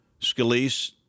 Scalise